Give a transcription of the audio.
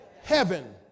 heaven